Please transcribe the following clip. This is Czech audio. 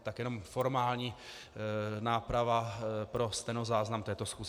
Tak jenom formální náprava pro stenozáznam této schůze.